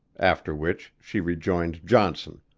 after which she rejoined johnson,